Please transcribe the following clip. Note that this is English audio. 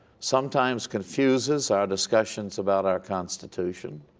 sometimes confuses our discussions about our constitution.